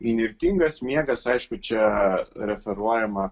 įnirtingas miegas aišku čia referuojama